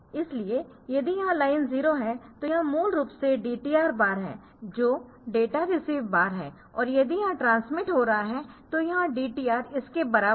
इसलिए यदि यह लाइन 0 है तो यह मूल रूप से dtr बार है जो डेटा रिसीव बार है और यदि यह ट्रांसमिट हो रहा है तो यह dtr इसके बराबर है